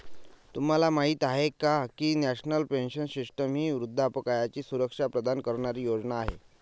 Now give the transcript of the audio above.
तुम्हाला माहिती आहे का की नॅशनल पेन्शन सिस्टीम ही वृद्धापकाळाची सुरक्षा प्रदान करणारी योजना आहे